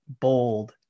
bold